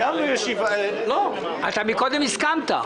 אתה מקודם הסכמת.